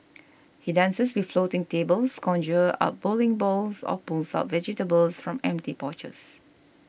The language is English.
he dances with floating tables conjures up bowling balls or pulls out vegetables from empty pouches